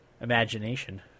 imagination